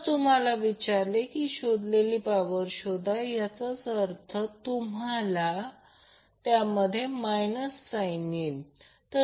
आता ते उदाहरण 2 बघा हे अगदी सोप्पा डेटा आहे सर्व काही दिले आहे